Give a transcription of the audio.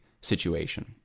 situation